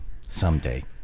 someday